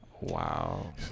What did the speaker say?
Wow